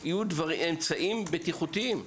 שיהיו אמצעים בטיחותיים.